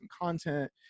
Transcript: content